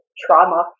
trauma